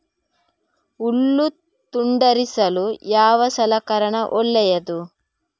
ಹುಲ್ಲು ತುಂಡರಿಸಲು ಯಾವ ಸಲಕರಣ ಒಳ್ಳೆಯದು?